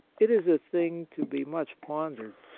it is a thing to be much pondered.